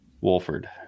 Wolford